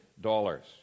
dollars